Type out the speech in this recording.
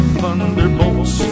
thunderbolts